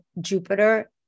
Jupiter